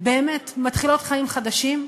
באמת, מתחילות חיים חדשים.